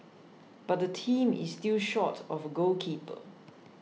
but the team is still short of a goalkeeper